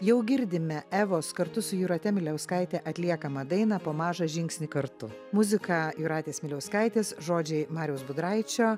jau girdime evos kartu su jūrate miliauskaite atliekamą dainą po mažą žingsnį kartu muzika jūratės miliauskaitės žodžiai mariaus budraičio